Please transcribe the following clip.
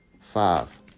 Five